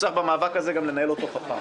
צריך לנהל את המאבק הזה באופן חכם.